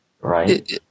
right